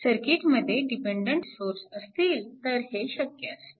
सर्किटमध्ये dependent source असतील तर हे शक्य असते